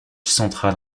central